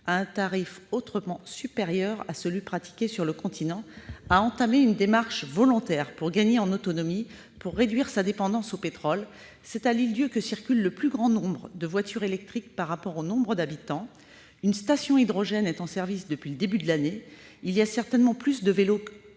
à un tarif autrement supérieur. Ce territoire a donc entamé une démarche volontaire pour gagner en autonomie et réduire sa dépendance au pétrole. C'est sur l'île d'Yeu que circulent le plus grand nombre de voitures électriques par rapport au nombre d'habitants. Une station hydrogène est en service depuis le début de l'année. Il y a, par ailleurs, certainement plus de vélos